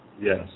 yes